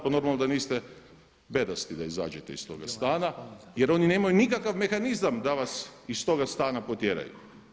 Pa normalno da niste bedasti da izađete iz toga stana, jer oni nemaju nikakav mehanizam da vas iz toga stana potjeraju.